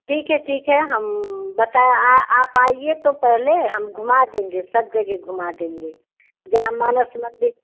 ठीक है ठीक है हम बता आप आइए तो पहले हम घूमा देंगे सब जगह घूम देंगे जहाँ मानस मंदिर